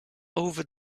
over